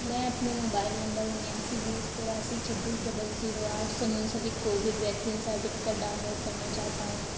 میں اپنے mobile number انیاسی بیس تراسی چھبیس ڈبل زیرو آٹھ سے منسلک covid vaccine certificate download کرنا چاہتا ہوں